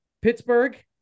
Pittsburgh